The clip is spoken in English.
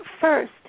first